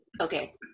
okay